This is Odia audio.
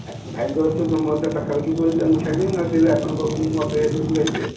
ଭାଇଙ୍କ ଘରଠୁ ତୁମ ଘରଟା ପାଖାପାଖି ଥିଲେ ତା'ହେଲେ ମୁଁ ଛାଡ଼ିଦେବି ନା ସେ ଏବେ ଆପଣଙ୍କ ପାଖକୁ ମୁଁ ଅପେକ୍ଷା କରିକି ରହିବି ଆଉ